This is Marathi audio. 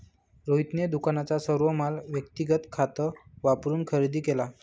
रोहितने दुकानाचा सर्व माल व्यक्तिगत खात वापरून खरेदी केला